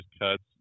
cuts